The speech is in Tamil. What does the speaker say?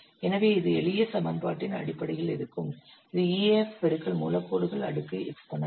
எனவே இது எளிய சமன்பாட்டின் அடிப்படையில் இருக்கும் இது EAF பெருக்கல் மூலக் கோடுகள் அடுக்கு எக்ஸ்போனெண்ட்